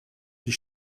die